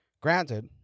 granted